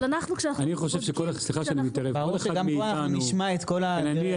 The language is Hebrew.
אבל כשאנחנו בודקים --- ברור שגם פה נשמע את כל הפרטים המקצועיים.